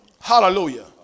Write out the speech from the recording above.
Hallelujah